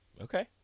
Okay